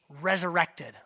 resurrected